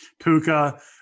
Puka